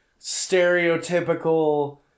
stereotypical